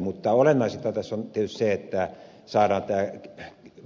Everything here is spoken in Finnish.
mutta olennaisinta tässä on tietysti se että saadaan tämä